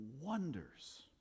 wonders